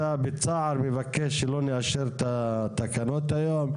אתה בצער מבקש שלא נאשר את התקנות היום.